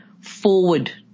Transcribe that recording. forward